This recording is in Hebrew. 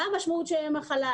מה המשמעות של ימי מחלה,